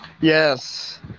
Yes